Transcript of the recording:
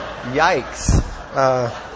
Yikes